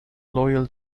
loyal